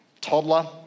toddler